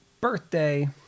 birthday